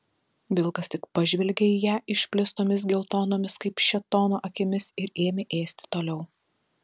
vilkas tik pažvelgė į ją išplėstomis geltonomis kaip šėtono akimis ir ėmė ėsti toliau